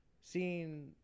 seeing